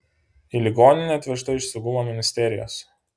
į ligoninę atvežta iš saugumo ministerijos